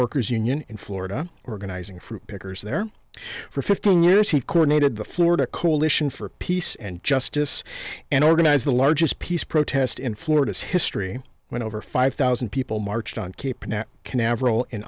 workers union in florida organizing fruit pickers there for fifteen years he coronated the florida coalition for peace and justice and organized the largest peace protest in florida's history when over five thousand people marched on cape canaveral in